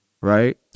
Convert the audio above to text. right